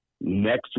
next